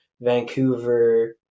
Vancouver